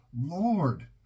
Lord